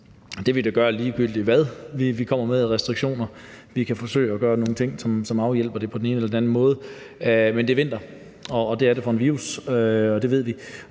det vil den gøre, ligegyldigt hvad vi kommer med af restriktioner. Vi kan forsøge at gøre nogle ting, som afhjælper det på den ene eller den anden måde, men det er vinter, og det er det også for en virus, og det ved vi.